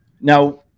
Now